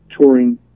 touring